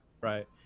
Right